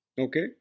Okay